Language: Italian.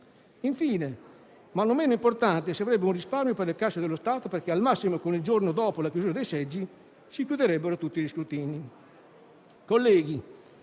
Infine, ma non meno importante, si avrebbe un risparmio per le casse dello Stato, perché al massimo il giorno dopo la chiusura dei seggi si chiuderebbero tutti gli scrutini.